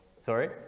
sorry